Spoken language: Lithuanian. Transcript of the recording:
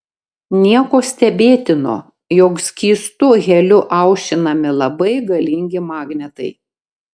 nieko stebėtino jog skystu heliu aušinami labai galingi magnetai